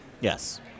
Yes